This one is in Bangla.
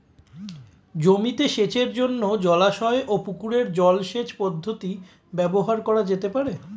জমিতে সেচের জন্য জলাশয় ও পুকুরের জল সেচ পদ্ধতি ব্যবহার করা যেতে পারে?